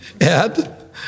Ed